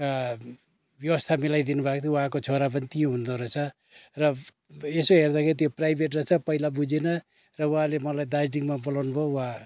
व्यवस्था मिलाइदिनु भएको थियो उहाँको छोरा पनि त्यहीँ हुनुहुँदो रहेछ र यसो हेर्दाखेरि त्यो प्राइभेट रहेछ पहिला बुझिनँ र उहाँले मलाई दार्जिलिङमा बोलाउनुभयो उहाँ